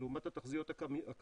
לעומת התחזיות הקיימות,